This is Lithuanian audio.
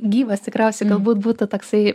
gyvas tikriausiai galbūt būtų toksai